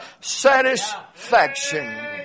satisfaction